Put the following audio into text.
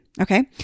Okay